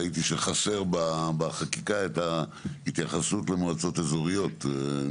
ראיתי שחסר בחקיקה את ההתייחסות למועצות אזוריות.